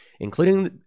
including